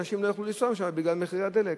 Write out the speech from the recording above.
אנשים לא יוכלו לנסוע משם בגלל מחירי הדלק.